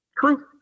true